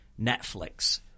Netflix